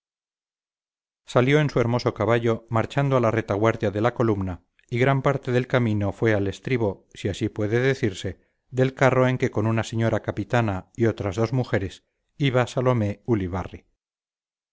salió en su hermoso caballo marchando a retaguardia de la columna y gran parte del camino fue al estribo si así puede decirse del carro en que con una señora capitana y otras dos mujeres iba salomé ulibarri